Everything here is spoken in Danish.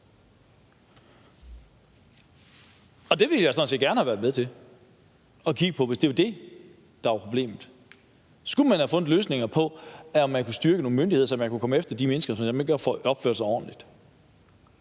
jeg sådan set gerne have været med til at kigge på, hvis det var det, der var problemet. Så skulle man have fundet løsninger på at styrke nogle myndigheder, så man kunne komme efter de mennesker, som ikke opførte sig ordentligt.